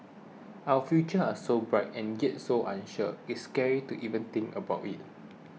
our futures are so bright and get so unsure it's scary to even think about it